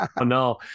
No